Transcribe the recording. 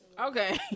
Okay